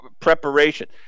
preparation